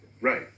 Right